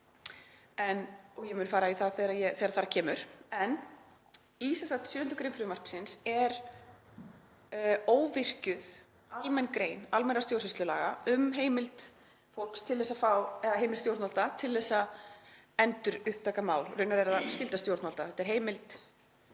gr. Ég mun fara í það þegar þar að kemur. En í 7. gr. frumvarpsins er óvirkjuð almenn grein almennra stjórnsýslulaga um heimild fólks til að fá heimild stjórnvalda til að endurupptaka mál. Raunar er það skylda stjórnvalda. Þetta er heimild